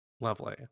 Lovely